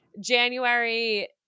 January